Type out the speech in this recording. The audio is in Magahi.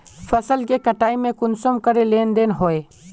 फसल के कटाई में कुंसम करे लेन देन होए?